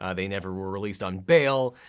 ah they never were released on bail,